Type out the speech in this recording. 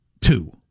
two